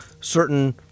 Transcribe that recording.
certain